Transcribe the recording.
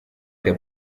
che